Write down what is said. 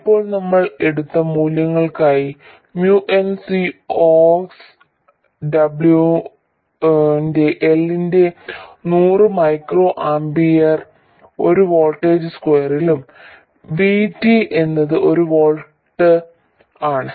ഇപ്പോൾ നമ്മൾ എടുത്ത മൂല്യങ്ങൾക്കായി mu n C ox W ന്റെ L ന്റെ 100 മൈക്രോ ആമ്പിയർ ഒരു വോൾട്ട് സ്ക്വയറിലും VT എന്നത് ഒരു വോൾട്ട് ആണ്